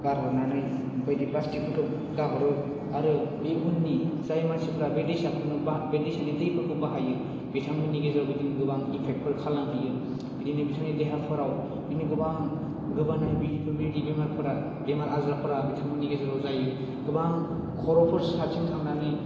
गारहरनानै बायदि प्लाष्टिकफोरखौ गारहरो आरो बे उननि जाय मानसिफ्रा बे दैसाखौ नुबा बे दैसानि दैफोरखौ बाहायो बिथांमोननि गेजेराव बिदिनो गोबां एफेक्तफोर खालामहैयो बिदिनो बिथांनि देहाफोराव बिनि गोबां गोबानाय बेफोरबायदि बेमारफोरा बेमार आजारफोरा बिथांमोननि गेजेराव जायो गोबां खर'फोर साथिं थांनानै